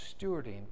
stewarding